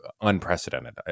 unprecedented